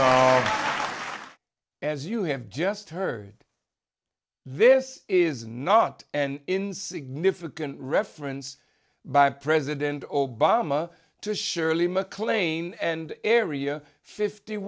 y as you have just heard this is not an insignificant reference by president obama to shirley maclaine and area fifty